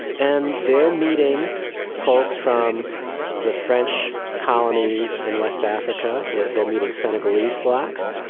and they're meeting folks from the french colonies in west africa. they're they're meeting senegalese blacks.